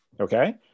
Okay